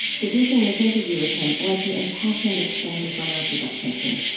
producing this interview with him led to impassioned exchanges on our production team.